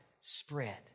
spread